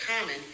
common